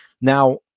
Now